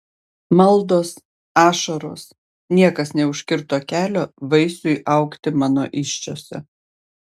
maldos ašaros niekas neužkirto kelio vaisiui augti mano įsčiose